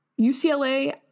UCLA